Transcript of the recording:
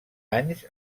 anys